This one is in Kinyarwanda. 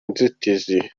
nzitizi